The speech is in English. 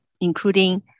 including